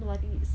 no I think it's